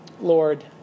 Lord